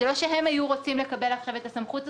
זה לא שהם היו רוצים לקבל עכשיו את הסמכות הזאת,